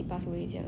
对对对